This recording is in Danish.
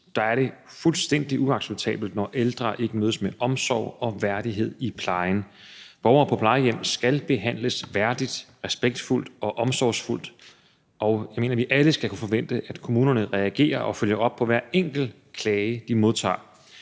er det fuldstændig uacceptabelt, når ældre ikke mødes med omsorg og værdighed i plejen. Borgere på plejehjem skal behandles værdigt, respektfuldt og omsorgsfuldt, og jeg mener, at vi alle skal kunne forvente, at kommunerne reagerer og følger op på hver enkelt klage, de modtager.